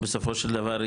בסופו של דבר,